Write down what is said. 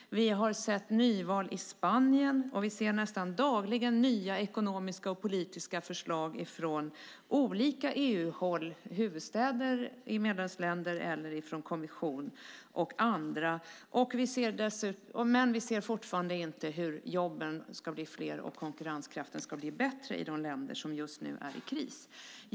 Vi har sett nyval i Spanien. Och vi ser nästan dagligen nya ekonomiska och politiska förslag från olika EU-håll, från huvudstäder i medlemsländer eller från kommission och andra. Men vi ser fortfarande inte hur jobben ska bli fler och konkurrenskraften ska bli bättre i de länder som just nu är i kris.